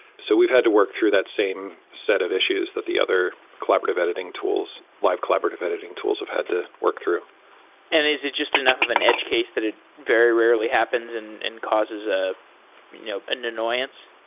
so we've had to work through that same set of issues that the other collaborative editing tools live collaborative editing tools have had to work through and is it just enough of an edge case that it very rarely happens and and causes ah you know an annoyance?